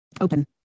Open